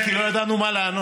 כי לא ידענו מה לענות,